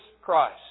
Christ